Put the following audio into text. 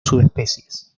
subespecies